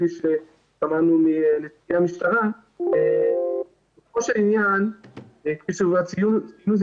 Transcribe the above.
כפי ששמענו מנציגי המשטרה --- כאילו זה עניין מחשובי,